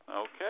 Okay